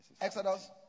Exodus